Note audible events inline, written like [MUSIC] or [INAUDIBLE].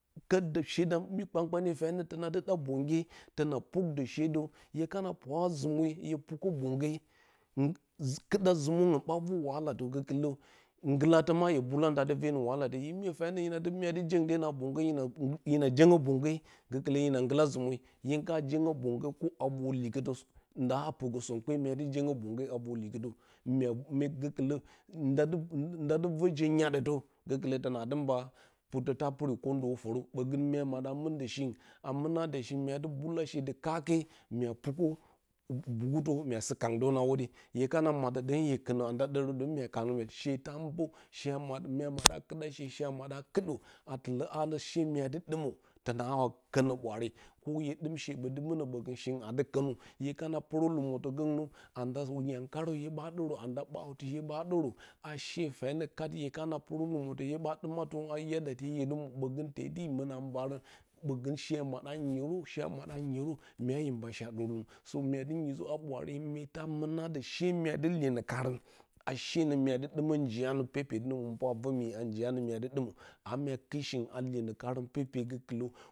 Kəbdəshe dam myi kpankpanye fyanə tənadɨ ɗa bəngye tona pukdəshe də hye kana pwara zume hye pukə bongye hwa kɨɗa zuməun ɓa vu wahala gəkɨlə ngulatə wahala. hue mbula ndadɨ venə [UNINTELLIGIBLE] hin mye fyanəu mya dɨ jengdenə a vor bongye hyina jongyə bongye gəkilə hira ngula zume hin kana jonguə bongye ko a vor likitə nda purgə so kepe mya dɨ jongyə bongye a ror likitə mya sɨkulə nda n dadɨ ror je nyadətə gəkɨlə tonandɨ purtə ta puri kondə foro ɓogə mya maɗa mɨndə shingu a manadə shi muadɨ mbula she dɨ kake mya pukə [UNINTELLIGIBLE] mya sɨ kandərəna hodye hye kana madə ɗə hye kɨnə auda ɗoro ɗong mya kanyə sheta mbə she amada myu madaa kiɗa she she a madə kɨɗə a tɨlə hanə she myadɨ dɨmə tonawa konə ɓwaare ko hye dɨmshe ɓoti munə mbogə shingu adɨ kanɨ hye kana purə lɨmətə gəngnə anda yau karə hye ba ɗorə ado ɓauti hye ɓa ɗorə a she fyanə kat hyekana purə lɨmotə hye ba dɨmatɨrən [UNINTELLIGIBLE] hye dɨ məw ɓgən tedi mɨna mbarən ɓogə she a maɗa nyerə, she a maɗa nyerə mya yə mba she a ɗorə sɨnə mya dɨ nyisə bwaare myeta mɨna də she myadɨ iyenokarən ashe nə myadɨ ɗiməm njiyanə peperi nə həminpura vov miye njiya nə mya dɨmə a mya vɨt shingu a luenokanu pepe sukɨlə.